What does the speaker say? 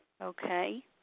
Okay